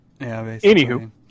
Anywho